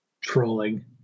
Trolling